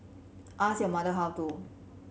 ask your mother how to